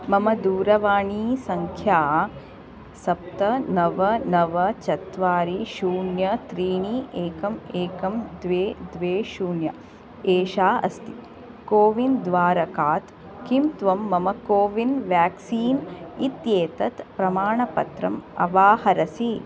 मम दूरवाणीसंख्या सप्त नव नव चत्वारि शून्य त्रीणि एकम् एकं द्वे द्वे शून्य एषा अस्ति कोविन् द्वारकात् किं त्वं मम कोविन् व्याक्सीन् इत्येतत् प्रमाणपत्रम् अवाहरसि